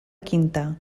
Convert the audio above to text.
quinta